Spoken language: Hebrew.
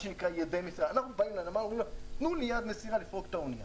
אנחנו באים לנמל ומבקשים ידיים לפרוק את האונייה,